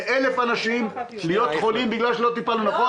ל-1,000 אנשים להיות חולים בגלל שלא טיפלנו נכון,